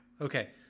Okay